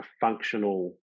functional